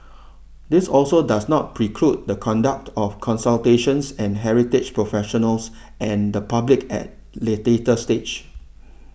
this also does not preclude the conduct of consultations and heritage professionals and the public at lay data stage